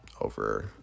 over